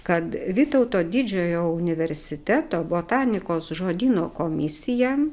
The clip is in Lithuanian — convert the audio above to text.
kad vytauto didžiojo universiteto botanikos žodyno komisija